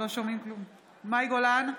מאי גולן,